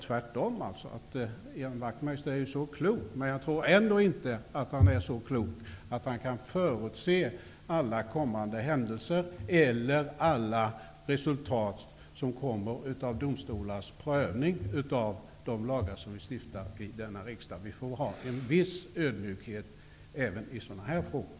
Tvärtom sade jag att trots att Ian Wachtmeister är så klok, tror jag ändå inte att han är så klok att han kan förutse alla kommande händelser eller alla resultat som kommer av domstolars prövning av de lagar som stiftas i denna kammare. Vi borde ha en viss ödmjukhet, även i frågor av den här typen.